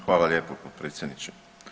Hvala lijepo potpredsjedniče.